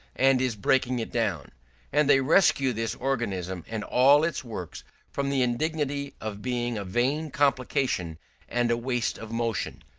and is breaking it down and they rescue this organism and all its works from the indignity of being a vain complication and a waste of motion.